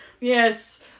Yes